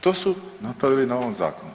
To su napravili na ovom zakonu.